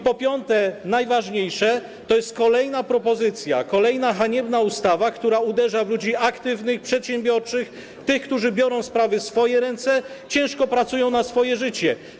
Po piąte, najważniejsze, to jest kolejna propozycja, kolejna haniebna ustawa, która uderza w ludzi aktywnych, przedsiębiorczych, tych, którzy biorą sprawy w swoje ręce, ciężko pracują na swoje życie.